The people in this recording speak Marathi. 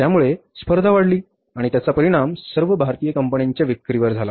त्यामुळे स्पर्धा वाढली आहे आणि त्याचा परिणाम सर्व भारतीय कंपन्यांच्या विक्रीवर झाला आहे